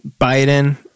Biden